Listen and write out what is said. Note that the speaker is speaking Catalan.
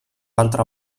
altre